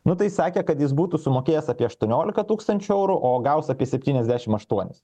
nu tai sakė kad jis būtų sumokėjęs apie aštuoniolika tūkstančių eurų o gaus apie septyniasdešim aštuonis